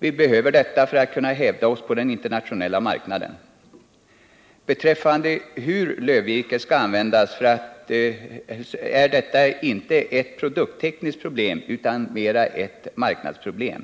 Vi behöver detta för att kunna hävda oss på den internationella marknaden. Hur lövvirket skall användas är inte ett produkttekniskt problem utan mera en marknadsfråga.